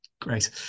great